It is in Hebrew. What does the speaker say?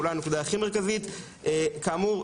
אולי הנקודה הכי מרכזית: כאמור,